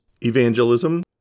evangelism